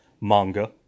manga